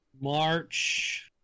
March